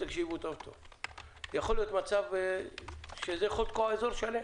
יכול להיות מצב שזה אזור שלם